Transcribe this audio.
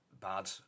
bad